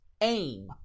aim